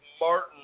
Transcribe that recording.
Martin